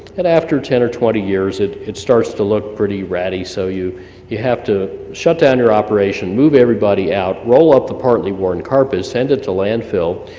and after ten or twenty years it it starts to look pretty ratty so you you have to shut down your operation, move everybody out, roll up the partly worn carpet, send it to landfill,